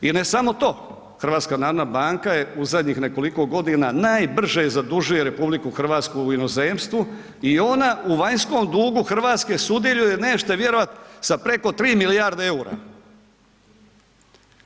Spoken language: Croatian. I ne samo to, HNB je u zadnjih nekoliko godina najbrže zadužuje RH u inozemstvu i ona u vanjskom dugu Hrvatske sudjeluje nećete vjerovati sa preko 3 milijarde EUR-a.